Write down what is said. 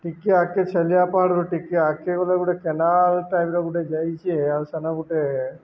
ଟିକେ ଆକେ ଛଲିଆପହାଡ଼ରୁ ଟିକେ ଆକେ ଗଲେ ଗୋଟେ କେନାଲ୍ ଟାଇପ୍ର ଗୋଟେ ଯାଇଛି ଆଉ ସେନ୍ ଗୁଟେ